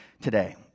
today